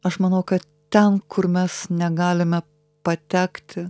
aš manau kad ten kur mes negalime patekti